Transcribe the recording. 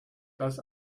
das